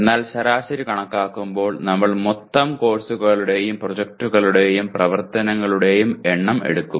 എന്നാൽ ശരാശരി കണക്കാക്കുമ്പോൾ നമ്മൾ മൊത്തം കോഴ്സുകളുടെയും പ്രോജക്ടുകളുടെയും പ്രവർത്തനങ്ങളുടെയും എണ്ണം എടുക്കും